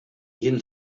jien